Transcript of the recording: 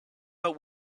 about